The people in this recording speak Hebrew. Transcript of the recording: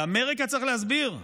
לאמריקה צריך להסביר?